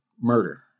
Murder